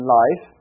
life